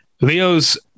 Leo's